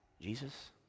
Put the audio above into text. Jesus